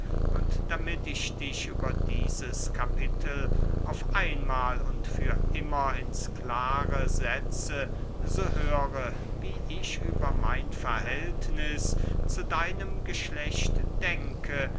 und damit ich dich über dieses kapitel auf einmahl und für immer ins klare setze so höre wie ich über mein verhältniß zu deinem geschlecht denke